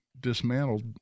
dismantled